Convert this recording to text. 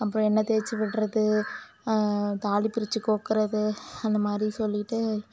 அப்புறம் எண்ணெய் தேய்ச்சி விடுறது தாலி பிரித்து கோர்க்குறது அந்த மாதிரி சொல்லிட்டு